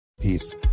Peace